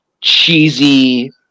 cheesy